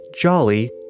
jolly